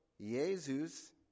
Jesus